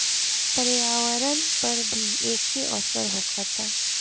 पर्यावरण पर भी एके असर होखता